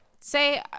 say